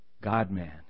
God-man